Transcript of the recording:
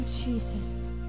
Jesus